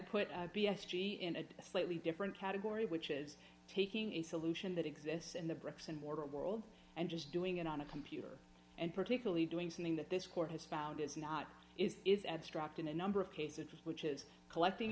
in a slightly different category which is taking a solution that exists in the bricks and mortar world and just doing it on a computer and particularly doing something that this court has found is not is is abstract in a number of cases which is collecting